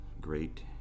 great